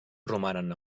romanen